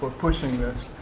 but pushing this.